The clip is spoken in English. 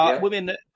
Women